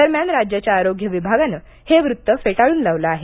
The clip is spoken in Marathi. दरम्यान राज्याच्या आरोग्य विभागानं हे वृत्त फेटाळून लावलं आहे